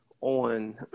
on